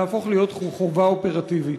שתהפוך לחובה אופרטיבית.